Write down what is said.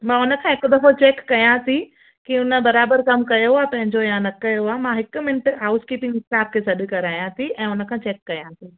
मां उन खां हिकु दफ़ो चेक कयां थी के उन बराबरि कमु आयो पंहिंजो या न कयो आहे मां हिकु मिन्ट हाऊस कीपींग स्टाफ़ खे सॾु करायां थी ऐं उन खां चेक कयां थी